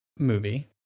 Movie